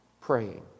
praying